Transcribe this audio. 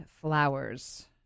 flowers